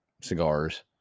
cigars